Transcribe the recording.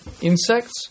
insects